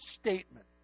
statement